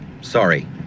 Sorry